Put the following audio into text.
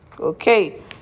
okay